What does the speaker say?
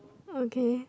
okay